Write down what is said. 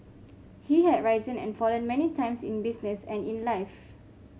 he had risen and fallen many times in business and in life